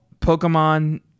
pokemon